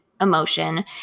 emotion